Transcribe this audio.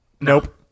Nope